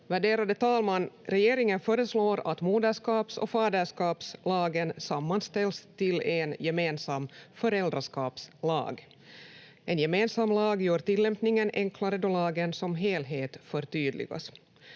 Värderade talman! Regeringen föreslår att moderskaps‑ och faderskapslagen sammanställs till en gemensam föräldraskapslag. En gemensam lag gör tillämpningen enklare då lagen som helhet förtydligas.